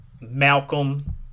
Malcolm –